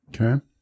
Okay